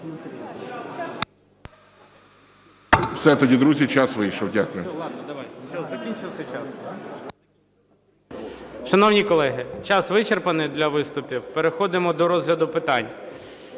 Шановні колеги, час вичерпаний для виступів, переходимо до розгляду питань.